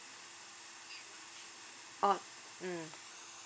oh mm